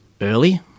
early